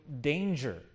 danger